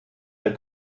der